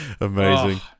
Amazing